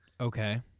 Okay